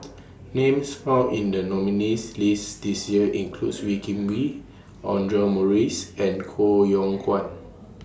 Names found in The nominees' list This Year include Wee Kim Wee Audra Morrice and Koh Yong Guan